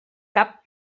cap